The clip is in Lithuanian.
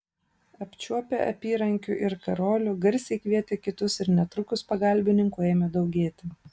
apčiuopę apyrankių ir karolių garsiai kvietė kitus ir netrukus pagalbininkų ėmė daugėti